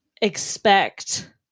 expect